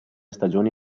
stagioni